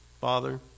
Father